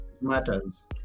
matters